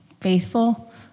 faithful